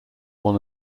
one